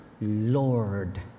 Lord